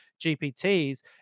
GPTs